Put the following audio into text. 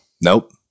Nope